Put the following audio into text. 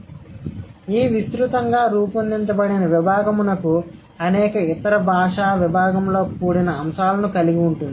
కాబట్టి ఈ విస్తృతంగా రూపొందించబడిన విభాగమునకు అనేక ఇతర బాషా విభాగంలో కూడిన అంశాలును కలిగి ఉంటుంది